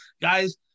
guys